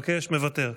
מוותר,